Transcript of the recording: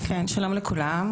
שלום לכולם.